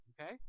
okay